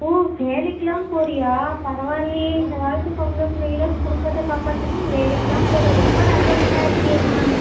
ஓ வேலைக்குலாம் போகறியா பரவாயில்லையே இந்த காலத்து பொம்பளை பிள்ளைகளே குடும்பத்தை காப்பாற்றணுன்னு நீ வேலைக்குலாம் போகற ரொம்ப நல்ல பொண்ணா இருக்கியேம்மா